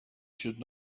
should